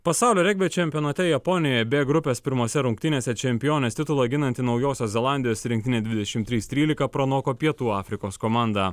pasaulio regbio čempionate japonijoje b grupės pirmose rungtynėse čempionės titulą ginanti naujosios zelandijos rinktinė dvidešimt trys trylika pranoko pietų afrikos komanda